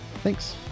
Thanks